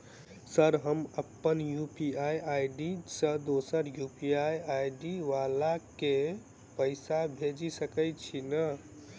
Sir हम अप्पन UPI ID सँ दोसर यु.पी.आई आई.डी वला केँ पैसा भेजि सकै छी नै?